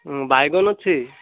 ହୁଁ ବାଇଗଣ ଅଛି